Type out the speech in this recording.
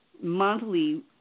monthly